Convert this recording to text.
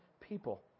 people